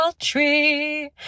tree